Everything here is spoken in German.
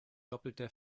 doppelter